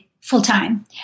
full-time